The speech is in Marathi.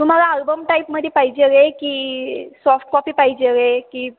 तुम्हाला आल्बम टाईपमध्ये पाहिजे आहे की सॉफ्ट कॉपी पाहिजे की